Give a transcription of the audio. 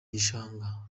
gishanga